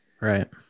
right